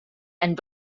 and